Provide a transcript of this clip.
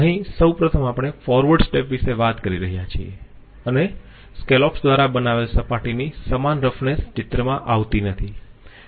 અહીં સૌ પ્રથમ આપણે ફોરવર્ડ સ્ટેપ વિશે વાત કરી રહ્યા છીએ અને સ્કેલોપ્સ દ્વારા બનાવેલ સપાટીની સમાન રફનેસ ચિત્રમાં આવતી નથી